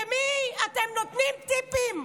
למי אתם נותנים טיפים?